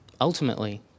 ultimately